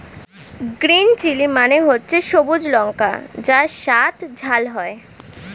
green chilli মানে হচ্ছে সবুজ লঙ্কা যার স্বাদ ঝাল হয়